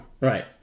Right